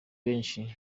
benshi